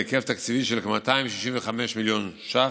בהיקף תקציבים של כ-265 מיליון שקל,